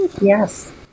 Yes